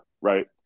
right